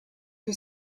que